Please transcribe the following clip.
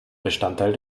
bestandteil